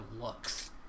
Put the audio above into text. looks